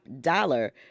dollar